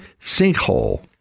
sinkhole